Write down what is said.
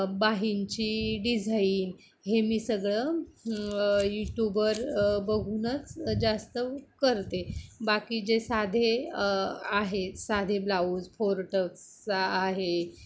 बाहींची design हे मी सगळं यूट्यूबवर बघूनच जास्त करते बाकी जे साधे आहेत साधे ब्लाऊज फोर टक्सचा आहे